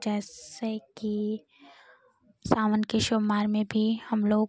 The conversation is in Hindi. जैसे कि सावन के सोमवार में भी हम लोग